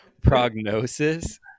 Prognosis